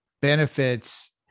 benefits